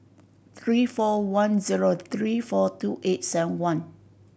three four one zero three four two eight seven one